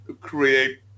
create